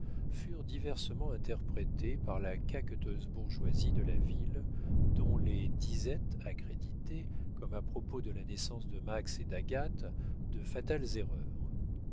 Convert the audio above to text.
furent diversement interprétés par la caqueteuse bourgeoisie de la ville dont les disettes accréditaient comme à propos de la naissance de max et d'agathe de fatales erreurs